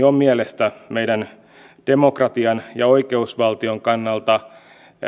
on mielestäni meidän demokratian ja oikeusvaltion kannalta